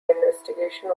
investigation